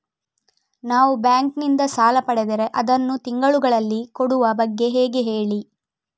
ನಾವು ಬ್ಯಾಂಕ್ ನಿಂದ ಸಾಲ ಪಡೆದರೆ ಅದನ್ನು ತಿಂಗಳುಗಳಲ್ಲಿ ಕೊಡುವ ಬಗ್ಗೆ ಹೇಗೆ ಹೇಳಿ